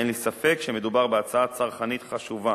אין לי ספק שמדובר בהצעה צרכנית חשובה.